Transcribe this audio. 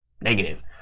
negative